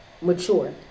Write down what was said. mature